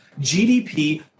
gdp